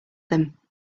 them